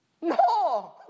No